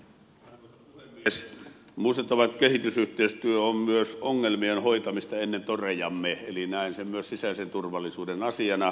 on muistettava että kehitysyhteistyö on myös ongelmien hoitamista ennen torejamme eli näen sen myös sisäisen turvallisuuden asiana